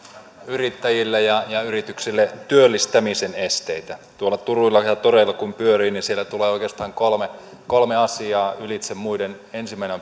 yrittäjille ja ja yrityksille työllistämisen esteitä tuolla turuilla ja toreilla kun pyörii niin siellä tulee oikeastaan kolme kolme asiaa ylitse muiden ensimmäinen